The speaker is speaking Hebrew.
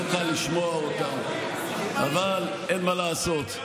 לא קל לשמוע אותה, אבל אין מה לעשות.